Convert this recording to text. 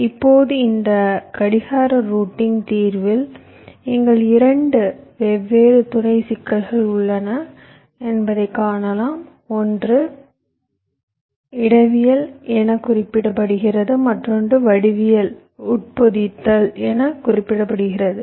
இப்போது இந்த கடிகார ரூட்டிங் தீர்வில் நீங்கள் 2 வெவ்வேறு துணை சிக்கல்கள் உள்ளன ஒன்று இடவியல் என குறிப்பிடப்படுகிறது மற்றொன்று வடிவியல் உட்பொதித்தல் என குறிப்பிடப்படுகிறது